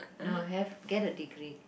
no have get a degree